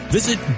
Visit